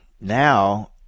now